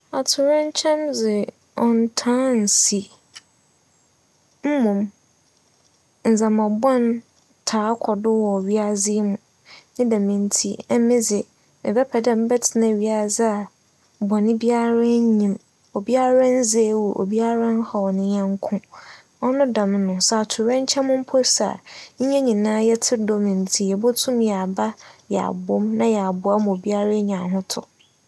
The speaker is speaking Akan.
Atowerɛkyɛm dze ͻnntaa nnsi. Mbom, ndzɛmba bͻn taa kͻ do wͻ wiadze yi mu. Ne dɛm ntsi, emi dze mebɛpɛ dɛ mebɛtsena wiadze bͻn biara nnyi mu, obiara nndzi ewu, obiara nnhaw ne nyɛnko. ͻno dɛm no, sɛ atowerɛnkyɛm mpo si a, hɛn nyinara yɛtse dͻ mu ntsi yebotum yɛaba yɛabͻ mu na yɛaboa ma obiara enya ahotͻ.